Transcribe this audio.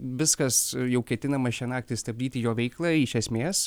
viskas jau ketinama šią naktį stabdyti jo veiklą iš esmės